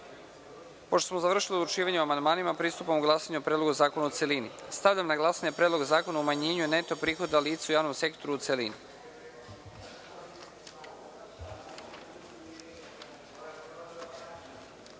smo završili odlučivanje o amandmanima, pristupamo glasanju o Predlogu zakona u celini. Stavljam na glasanje Predlog zakona o umanjenju neto prihoda lica u javnom sektoru u celini. Molim